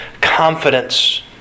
confidence